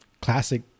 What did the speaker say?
classic